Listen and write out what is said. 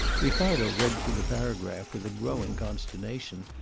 ricardo read through the paragraph with a growing consternation,